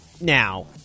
Now